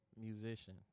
Musician